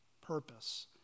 purpose